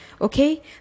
Okay